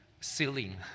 ceiling